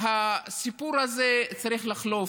הסיפור הזה צריך לחלוף.